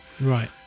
Right